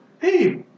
hey